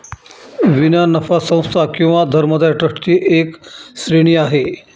विना नफा संस्था किंवा धर्मदाय ट्रस्ट ची एक श्रेणी आहे